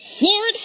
Lord